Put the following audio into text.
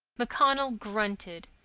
macconnell grunted.